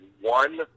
one